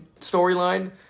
storyline